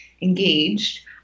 engaged